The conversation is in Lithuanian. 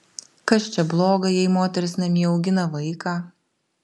kas čia bloga jei moteris namie augina vaiką